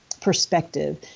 perspective